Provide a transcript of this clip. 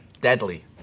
Deadly